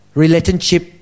relationship